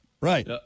right